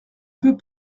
peut